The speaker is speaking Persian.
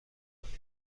کنید